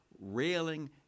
railing